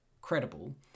credible